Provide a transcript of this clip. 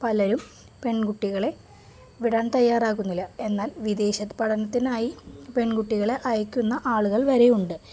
പലരും പെൺകുട്ടികളെ വിടാൻ തയ്യാറാകുന്നില്ല എന്നാൽ വിദേശത്ത് പഠനത്തിനായി പെൺകുട്ടികളെ അയയ്ക്കുന്ന ആളുകൾ വരെയുണ്ട്